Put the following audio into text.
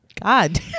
God